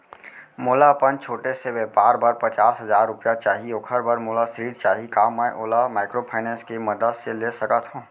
मोला अपन छोटे से व्यापार बर पचास हजार रुपिया चाही ओखर बर मोला ऋण चाही का मैं ओला माइक्रोफाइनेंस के मदद से ले सकत हो?